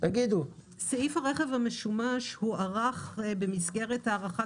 סעיף הרכב המשומש הוארך בהסתייגות שהכניסו חברי הכנסת